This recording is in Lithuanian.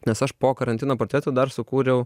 nes aš po karantino portretų dar sukūriau